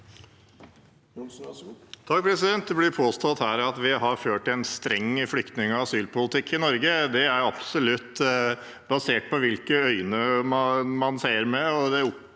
(FrP) Det blir påstått her at vi har ført en streng flyktning- og asylpolitikk i Norge. Det er absolutt basert på hvilke øyne man ser med,